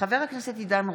חבר הכנסת עידן רול,